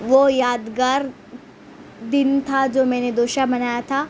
وہ یادگار دن تھا جو میں نے دوشا بنایا تھا